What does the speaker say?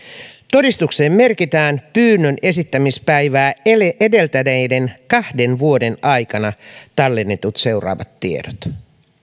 todistukseen merkitään pyynnön esittämispäivää edeltäneiden kahden vuoden aikana tallennetut seuraavat tiedot